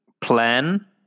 plan